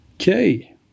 okay